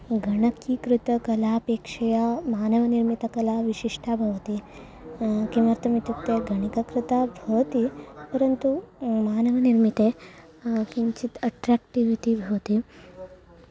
गणिककृतकलापेक्षया मानवनिर्मितकलाविशिष्टा भवति किमर्थमित्युक्ते गणिककृता भवति परन्तु मानवनिर्मितं किञ्चित् अट्राक्टिव् इति भवति